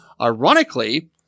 Ironically